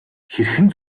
хэрхэн